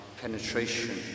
penetration